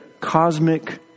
cosmic